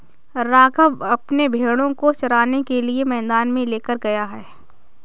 राघव अपने भेड़ों को चराने के लिए मैदान में लेकर गया है